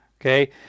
Okay